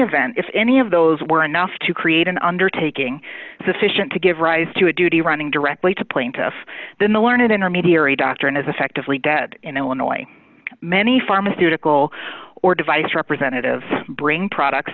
event if any of those were enough to create an undertaking sufficient to give rise to a duty running directly to plaintiff then the learned intermediary doctrine is effectively dead in illinois many pharmaceutical or device representative bring products